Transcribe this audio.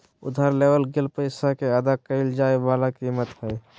उधार लेवल गेल पैसा के अदा कइल जाय वला कीमत हइ